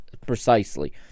precisely